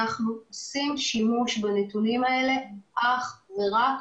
אנחנו עושים שימוש בנתונים האלה אך ורק